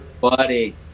buddy